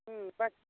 बाखि